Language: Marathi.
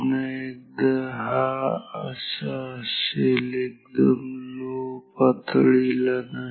पुन्हा एकदा हा असा असेल एकदम लो पातळीला नाही